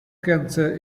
cancer